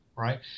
right